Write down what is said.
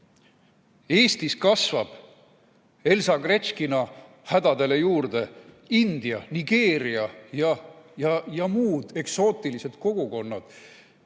Eestis kasvab Elsa Gretškina hädadele juurde see, et on India, Nigeeria ja muud eksootilised kogukonnad,